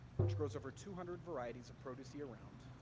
which grows over two hundred varieties of produce year round,